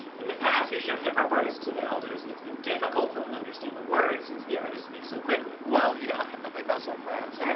in the past, we've shown hip-hop artists to the elders and it's been difficult for them to understand the words since the artist speaks so quickly. well, yeah. but they go so fast. i mean